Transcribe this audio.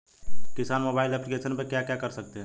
किसान mobile application पे क्या क्या कर सकते हैं?